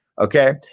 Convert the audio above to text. Okay